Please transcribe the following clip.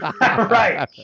Right